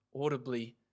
audibly